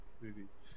movies